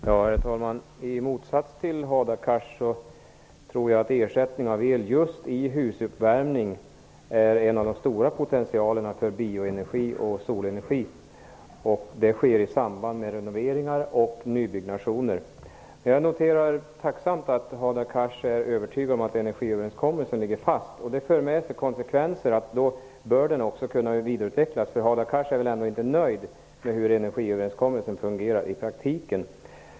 Herr talman! I motsats till Hadar Cars tror jag att en av de stora potentialerna för bioenergi och solenergi finns när det gäller att ersätta elen just i fråga om husuppvärmning. Detta sker i samband med renoveringar och nybyggnationer. Jag noterar tacksamt att Hadar Cars är övertygad om att energiöverenskommelsen skall ligga fast. Det för med sig konsekvenser. Då bör överenskommelsen också kunna vidareutvecklas. Hadar Cars är väl ändå inte nöjd med hur energiöverenskommelsen fungerar i praktiken?